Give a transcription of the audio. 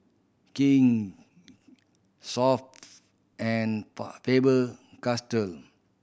King and Faber Castell